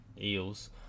Eels